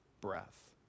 breath